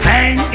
Hang